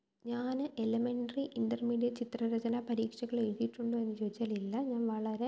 ഞാന് elementary intermediate ചിത്ര രചനാ പരീക്ഷകളെഴുതീട്ടുണ്ടോയെന്ന് ചോദിച്ചാല് ഇല്ല ഞാന് വളരെ